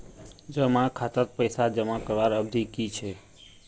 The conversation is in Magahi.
जमा खातात पैसा जमा करवार अवधि की छे?